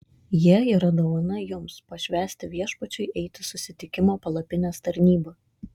jie yra dovana jums pašvęsti viešpačiui eiti susitikimo palapinės tarnybą